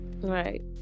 Right